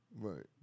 Right